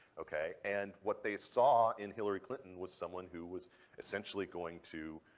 ok? and what they saw in hillary clinton was someone who was essentially going to,